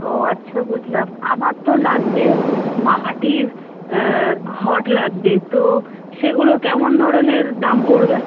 ও আচ্ছা বুঝলাম আমার তো লাগবে মাটির ঘট লাগবে তো সেগুলো কেমন ধরণের দাম পড়বে